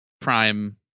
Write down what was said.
Prime